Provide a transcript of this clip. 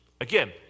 Again